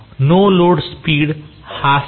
no load speed हा स्थिर होता